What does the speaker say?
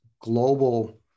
global